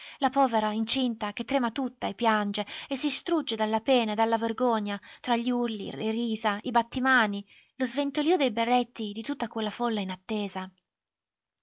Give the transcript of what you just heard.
la povera incinta che trema tutta e piange e si strugge dalla pena e dalla vergogna tra gli urli le risa i battimani lo sventolio dei berretti di tutta quella folla in attesa